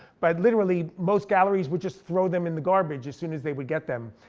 but literally most galleries would just throw them in the garbage as soon as they would get them.